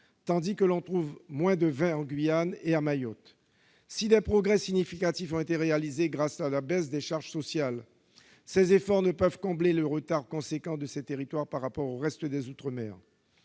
tandis que l'on en trouve moins de 20 en Guyane et à Mayotte. Si des progrès significatifs ont été réalisés grâce à la baisse des charges sociales, ces efforts ne peuvent à eux seuls combler le retard important de ces territoires par rapport au reste des outre-mer.